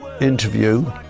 interview